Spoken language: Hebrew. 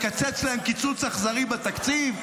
לקצץ להם קיצוץ אכזרי בתקציב,